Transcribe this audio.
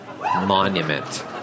monument